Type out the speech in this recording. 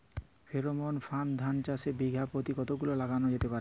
Pheromone ফাঁদ ধান চাষে বিঘা পতি কতগুলো লাগানো যেতে পারে?